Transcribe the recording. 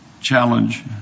challenge